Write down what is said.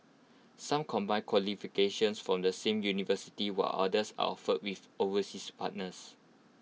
some combine qualifications from the same university while others are offered with overseas partners